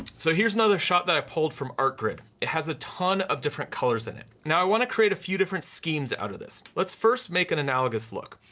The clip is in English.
so here's another shot that i pulled from artgrid. it has a ton of different colors in it. now i wanna create a few different schemes out of this, let's first make an analogous look.